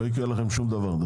לא יקרה לכם שום דבר.